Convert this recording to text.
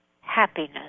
happiness